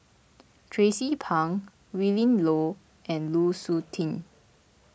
Tracie Pang Willin Low and Lu Suitin